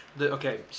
Okay